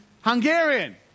hungarian